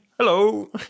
Hello